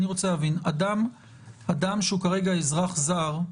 אני רוצה להבין: אדם שהוא כרגע אזרח זר,